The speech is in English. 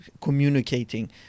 communicating